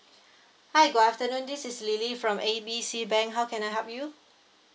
hi good afternoon this is lily from A B C bank how can I help you